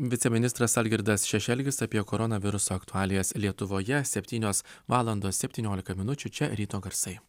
viceministras algirdas šešelgis apie koronaviruso aktualijas lietuvoje septynios valandos septyniolika minučių čia ryto garsai